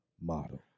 model